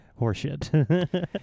horseshit